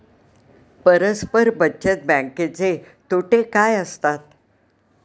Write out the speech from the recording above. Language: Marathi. परस्पर बचत बँकेचे तोटे काय असतात?